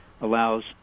allows